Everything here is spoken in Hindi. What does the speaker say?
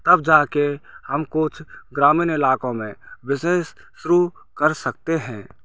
तब जा कर हम कुछ ग्रामीण इलाकों मे बिजनेस शुरू कर सकते हैं